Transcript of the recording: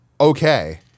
okay